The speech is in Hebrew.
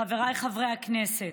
חבריי חברי הכנסת,